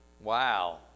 Wow